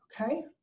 Okay